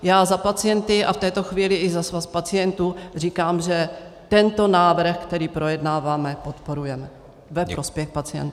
Já za pacienty a v této chvíli i za Svaz pacientů říkám, že tento návrh, který projednáváme, podporujeme ve prospěch pacientů.